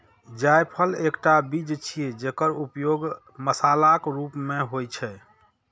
जायफल एकटा बीज छियै, जेकर उपयोग मसालाक रूप मे होइ छै